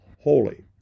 holy